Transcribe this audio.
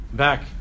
back